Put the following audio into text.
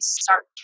start